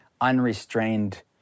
unrestrained